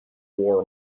war